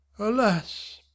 Alas